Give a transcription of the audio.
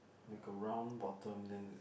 like a round bottom then